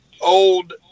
old